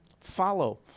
follow